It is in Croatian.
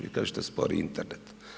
Vi kažete spori Internet.